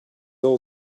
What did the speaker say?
all